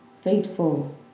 faithful